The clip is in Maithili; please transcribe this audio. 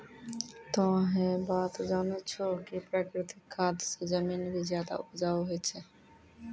तोह है बात जानै छौ कि प्राकृतिक खाद स जमीन भी ज्यादा उपजाऊ होय छै